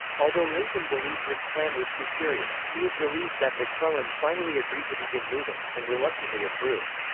although lincoln believed his plan was superior, he was relieved that mcclellan finally agreed to begin moving, and reluctantly approved.